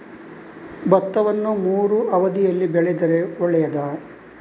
ಭತ್ತವನ್ನು ಮೂರೂ ಅವಧಿಯಲ್ಲಿ ಬೆಳೆದರೆ ಒಳ್ಳೆಯದಾ?